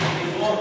דקות.